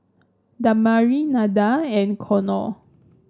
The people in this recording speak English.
Damari Nada and Konner